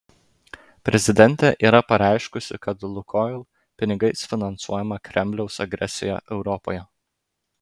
prezidentė yra pareiškusi kad lukoil pinigais finansuojama kremliaus agresija europoje